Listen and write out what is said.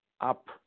up